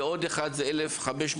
ואחר זה 1549,